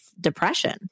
depression